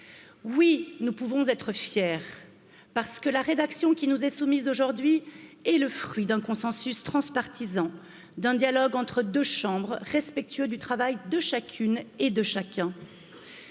Oui, nous pouvons être fiers parce que la rédaction qui nous est soumise aujourd'hui est le fruit d'un consensus transpartisane, dialogue entre deux chambres respectueux du travail de chacune et de chacun.